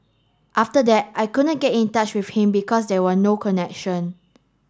after that I couldn't get in touch with him because there were no connection